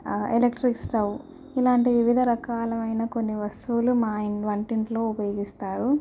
electric stove ఇలాంటి వివిధ రకాలైన కొన్ని వస్తువులు మా ఇంటి వంటింట్లో ఉపయోగిస్తారు